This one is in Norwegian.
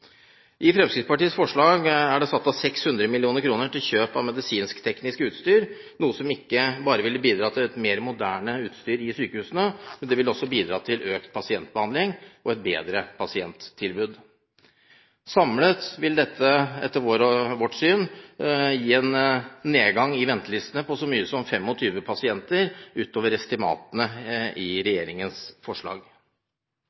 I Fremskrittspartiets forslag er det satt av 600 mill. kr til kjøp av medisinsk-teknisk utstyr, noe som ikke bare ville bidratt til mer moderne utstyr i sykehusene, men også bidratt til økt pasientbehandling og et bedre pasienttilbud. Samlet vil dette, etter vårt syn, gi en nedgang i ventelistene på så mye som 25 000 pasienter utover estimatene i